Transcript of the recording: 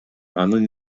анын